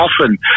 often